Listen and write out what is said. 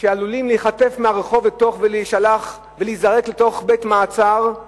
שעלולים להיחטף מהרחוב ולהיזרק לתוך בית-מעצר על